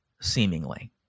seemingly